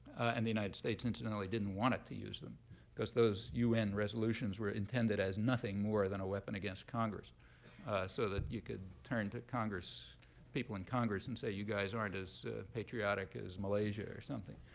and the united states, incidentally, didn't want it to use them because those un resolutions were intended as nothing more than a weapon against congress so that you could turn to people in congress and say, you guys aren't as patriotic as malaysia or something.